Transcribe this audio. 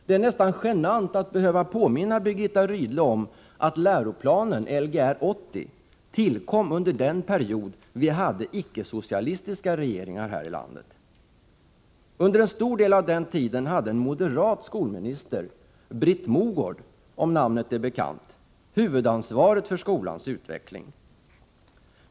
Det är nästan genant att behöva påminna Birgitta Rydle om att läroplanen, Lgr 80, tillkom under den period då vi hade icke-socialistiska regeringar här i landet. Under en stor del av den tiden hade en moderat skolminister, Britt Mogård, om namnet är bekant, huvudansvaret för skolans utveckling.